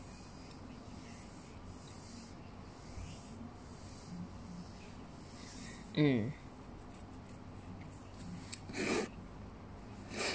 mm